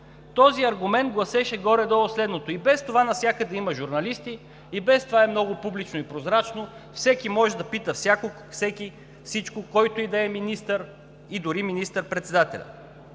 Този аргумент гласеше горе-долу следното: и без това навсякъде има журналисти, и без това е много публично и прозрачно, всеки може да пита всеки всичко, който и да е министър, и дори министър-председателя.